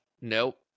Nope